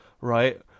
right